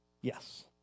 Yes